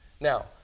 Now